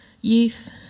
youth